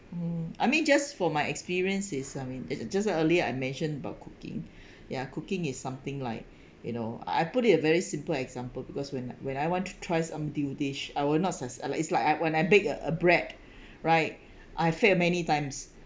mm I mean just for my experience is I mean it's just now early I mentioned about cooking ya cooking is something like you know I put it a very simple example because when when I want to try some new dish I will not success as it's like I at when I bake a bread right I have fail many times